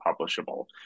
publishable